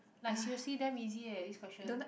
like seriously damn easy eh this question